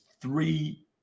three